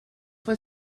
fue